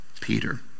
Peter